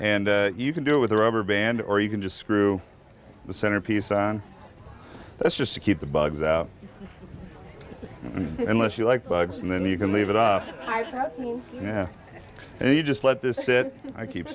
and you can do with a rubber band or you can just screw the center piece and that's just to keep the bugs out unless you like bugs and then you can leave it up yeah and you just let this it i keep